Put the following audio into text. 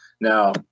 Now